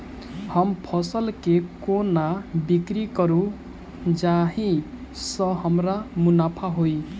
हम फसल केँ कोना बिक्री करू जाहि सँ हमरा मुनाफा होइ?